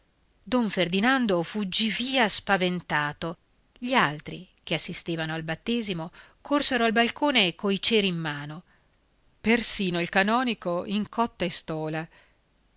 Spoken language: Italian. don ferdinando fuggì via spaventato gli altri che assistevano al battesimo corsero al balcone coi ceri in mano persino il canonico in cotta e stola